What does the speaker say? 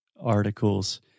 articles